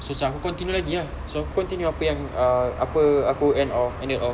so aku continue lagi ah so aku continue apa yang uh apa aku end off and dia off